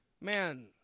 man